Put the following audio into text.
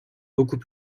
beaucoup